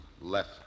left